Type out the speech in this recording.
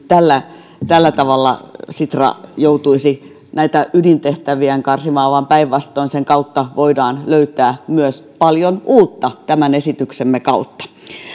tällä tällä tavalla sitra joutuisi näitä ydintehtäviään karsimaan vaan päinvastoin sen kautta voidaan löytää myös paljon uutta tämän esityksemme kautta